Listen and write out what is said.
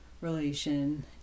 relation